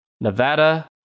Nevada